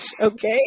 Okay